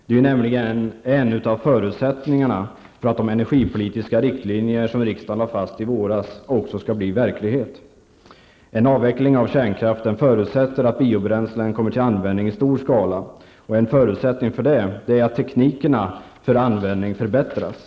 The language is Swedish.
Det är nämligen en av förutsättningarna för att de energipolitiska riktlinjer som riksdagen lade fast i våras också skall bli verklighet. En avveckling av kärnkraften förutsätter att biobränslen kommer till användning i stor skala. En förutsättning för det är att teknikerna för användningen förbättras.